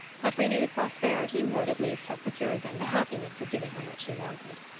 but renewed prosperity would at least have procured them the happiness of giving her what she wanted.